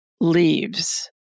leaves